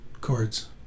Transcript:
chords